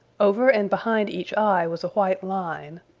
over and behind each eye was a white line.